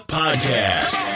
podcast